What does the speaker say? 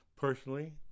personally